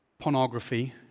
pornography